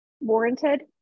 warranted